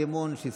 אם כן,